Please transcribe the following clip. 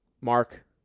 Mark